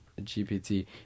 GPT